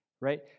right